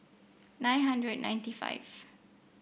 nine hundred and ninety five